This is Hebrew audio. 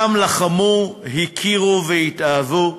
שם לחמו, הכירו והתאהבו.